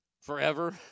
forever